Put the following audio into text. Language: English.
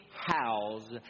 house